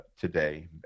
today